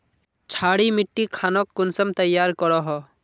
क्षारी मिट्टी खानोक कुंसम तैयार करोहो?